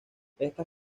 estas